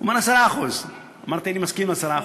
הוא אמר: 10%. אמרתי: אני מסכים ל-10%.